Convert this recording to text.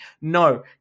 No